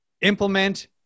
implement